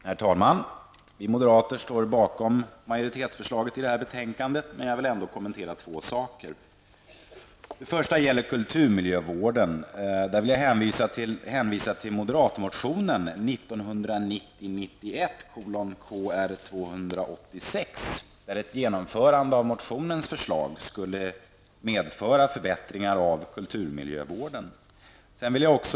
Herr talman! Vi moderater står bakom majoritetsförslaget i det här betänkandet, men jag vill ändå kommentera två saker. Den första gäller kulturmiljövården. Jag vill hänvisa till moderatmotionen 1990/91:Kr286. Ett genomförande av motionens förslag skulle medföra förbättringar av kulturmiljövården.